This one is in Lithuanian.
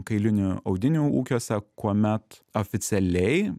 kailinių audinių ūkiuose kuomet oficialiai